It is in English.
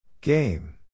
Game